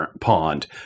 pond